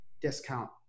discount